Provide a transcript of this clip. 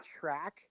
track